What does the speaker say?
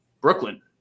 Brooklyn